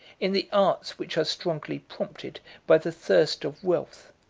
in the arts which are strongly prompted by the thirst of wealth,